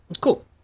cool